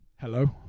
Hello